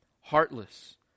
heartless